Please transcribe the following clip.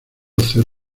hacer